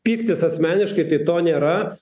pyktis asmeniškai tai to nėra